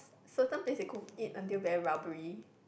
certain place they cook eat until very rubbery